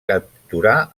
capturar